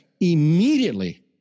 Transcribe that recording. immediately